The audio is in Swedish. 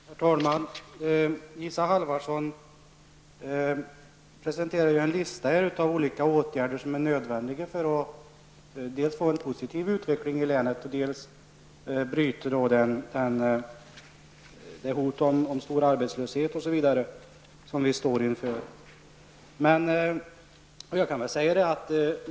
Herr talman! Isa Halvarsson presenterar en lista av olika åtgärder som är nödvändiga för att dels få en positiv utveckling i länet, dels bryta det hot om stor arbetslöshet som vi står inför.